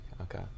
okay